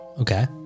Okay